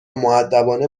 مودبانه